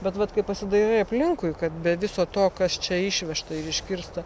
bet vat kaip pasidairai aplinkui kad be viso to kas čia išvežta ir iškirsta